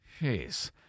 Jeez